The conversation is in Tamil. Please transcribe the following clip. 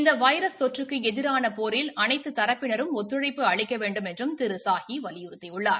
இந்தவைரஸ் தொற்றுக்குஎதிராகபோரில் அனைத்துதரப்பினரும் ஒத்துழைப்பு அளிக்கவேண்டுமென்றும் திருசாஹிவலியுறுத்தியுள்ளார்